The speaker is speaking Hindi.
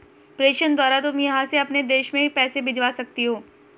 प्रेषण द्वारा तुम यहाँ से अपने देश में पैसे भिजवा सकती हो